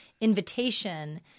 invitation